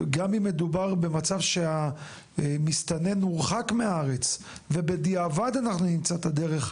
גם אם מדובר במצב שהמסתנן הורחק מהארץ ובדיעבד אנחנו נמצא את הדרך,